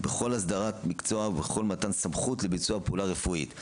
בכל הסדרת מקצוע ובכל מתן סמכות לביצוע פעולה רפואית.